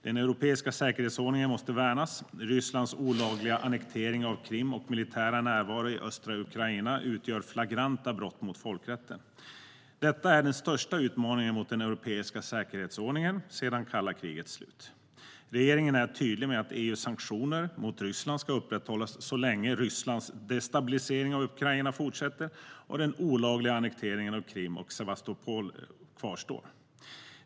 Den europeiska säkerhetsordningen måste värnas. Rysslands olagliga annektering av Krim och militära närvaro i östra Ukraina utgör flagranta brott mot folkrätten. Detta är den största utmaningen mot den europeiska säkerhetsordningen efter kalla krigets slut. Regeringen är tydlig med att EU:s sanktioner mot Ryssland ska upprätthållas så länge Rysslands destabilisering av Ukraina fortsätter och den olagliga annekteringen av Krim och Sevastopol kvarstår.